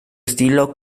estilo